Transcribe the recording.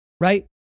right